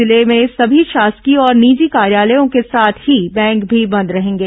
जिले में समी शासकीय और निजी कार्यालयों के साथ ही बैंक भी बंद रहेंगे